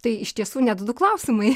tai iš tiesų net du klausimai